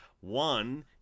One